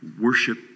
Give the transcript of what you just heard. worship